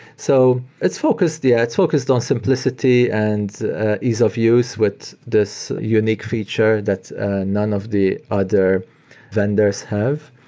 so it's focused, yeah, it's focused on simplicity and ease of use with this unique feature that none of the other vendors have